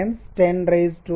6 1